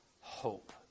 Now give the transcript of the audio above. hope